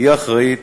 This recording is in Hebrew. היא אחראית